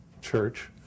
church